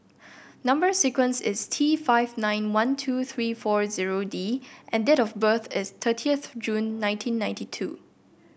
number sequence is T five nine one two three four zero D and date of birth is thirtieth June nineteen ninety two